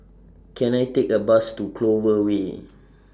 Can I Take A Bus to Clover Way